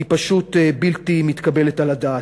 פשוט בלתי מתקבלת על הדעת.